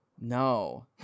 no